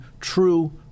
true